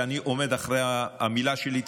ואני עומד מאחורי המילה שלי,